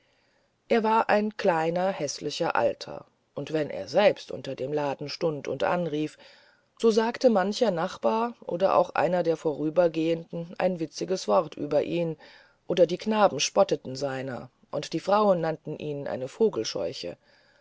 er war ein kleiner häßlicher alter und wenn er selbst unter dem laden stund und anrief so sagte mancher nachbar oder auch einer der vorübergehenden ein witziges wort über ihn oder die knaben spotteten seiner und die frauen nannten ihn eine vogelscheuche